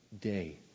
day